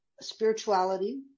spirituality